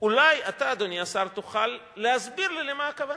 אולי אתה, אדוני השר, תוכל להסביר לי למה הכוונה.